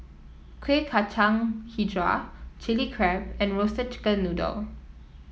Kuih Kacang hijau Chili Crab and Roasted Chicken Noodle